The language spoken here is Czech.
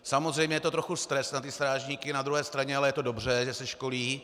Samozřejmě je to trochu stres na ty strážníky, na druhé straně ale je to dobře, že se školí.